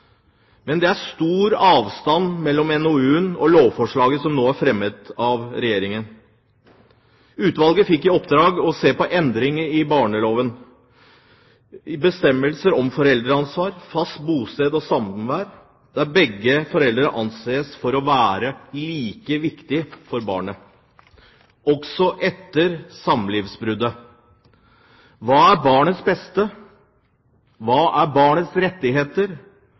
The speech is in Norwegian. Men det er stor avstand mellom NoU-en og lovforslaget som nå er fremmet av Regjeringen. Utvalget fikk i oppdrag å se på endringer i barnelovens bestemmelser om foreldreansvar, fast bosted og samvær der begge foreldre anses å være like viktige for barnet også etter samlivsbruddet. Hva er barnets beste? Hva er barnets rettigheter?